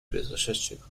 произошедших